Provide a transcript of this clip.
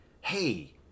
hey